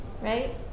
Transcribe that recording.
right